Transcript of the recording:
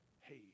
hey